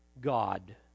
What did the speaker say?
God